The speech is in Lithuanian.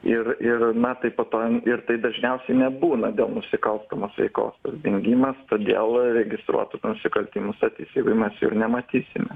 ir ir metai po to ir tai dažniausiai nebūna dėl nusikalstamos veikos dingimas todėl registruotų nusikaltimus ir teisybėj mes jų ir nematysime